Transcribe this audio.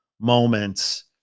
moments